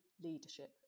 leadership